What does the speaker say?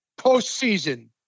postseason